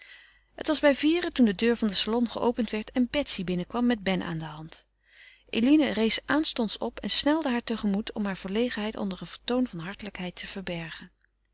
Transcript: het was bij vieren toen de deur van den salon geopend werd en betsy binnenkwam met ben aan de hand eline rees aanstonds op en snelde haar tegemoet om hare verlegenheid te verbergen